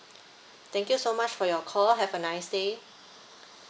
thank you so much for your call have a nice day